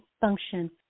function